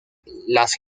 las